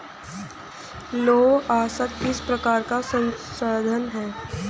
लौह अयस्क किस प्रकार का संसाधन है?